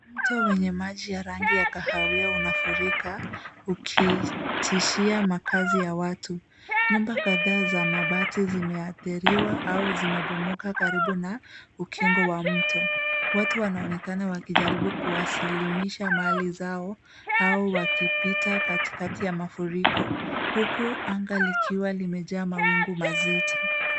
Mto wenye maji ya rangi ya kahawia unafurika ukitishia makazi ya watu. Nyumba kadhaa za mabati zimeathiriwa au zimebomoka karibu na ukingo wa mto. Watu wanaonekana wakijaribu kuwasilimisha mali zao au wakipita katikati ya mafuriko huku anga likiwa limejaa mawingu mazito.